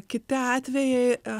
kiti atvejai